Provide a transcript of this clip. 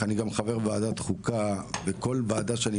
הפרו כללים, ממש כך.